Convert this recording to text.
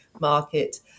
market